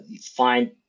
find